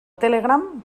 telegram